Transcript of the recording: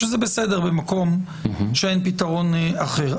וזה בסדר במקום בו אין פתרון אחר,